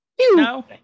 No